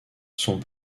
sont